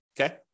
Okay